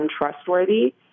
untrustworthy